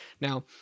Now